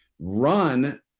run